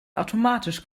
automatisch